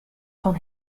fan